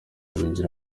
binjira